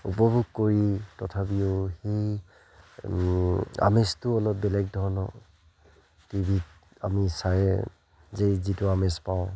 উপভোগ কৰি তথাপিও সেই আমেজটো অলপ বেলেগ ধৰণৰ টি ভিত আমি চালে যে যিটো আমেজ পাওঁ